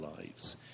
lives